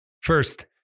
First